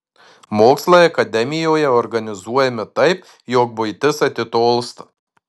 mokslai akademijoje organizuojami taip jog buitis atitolsta